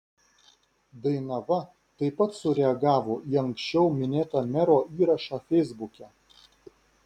dainava taip pat sureagavo į anksčiau minėtą mero įrašą feisbuke